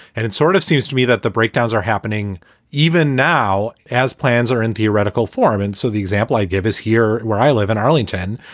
and it sort of seems to me that the breakdowns are happening even now as plans are in theoretical form. and so the example i give is here where i live in arlington.